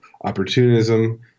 Opportunism